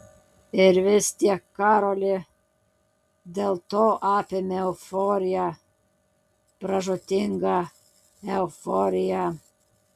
ir vis tiek karolį dėl to apėmė euforija pražūtinga euforija